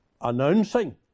announcing